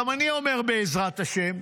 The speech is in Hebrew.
גם אני אומר בעזרת השם.